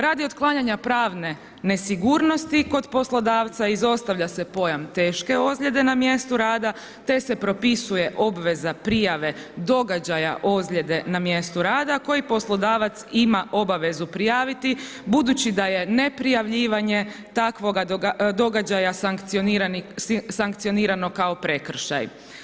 Radi otklanjanja pravne nesigurnosti kod poslodavca izostavlja se pojam teške ozljede na mjestu rada te se propisuje obveza prijave događaja na mjestu rada koji poslodavac ima obavezu prijaviti budući da je neprijavljivanje takvoga događaja sankcionirano kao prekršaj.